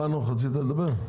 חנוך, רצית לדבר?